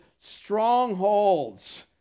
strongholds